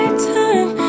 time